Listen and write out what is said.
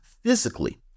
physically